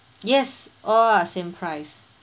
yes all are same price